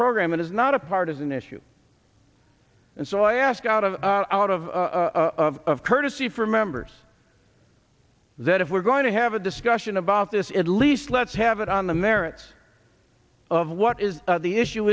program it is not a partisan issue and so i ask out of out of a courtesy for members that if we're going to have a discussion about this at least let's have it on the merits of what is the issue